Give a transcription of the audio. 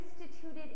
instituted